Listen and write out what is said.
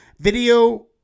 video